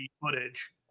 footage